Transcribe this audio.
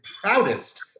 proudest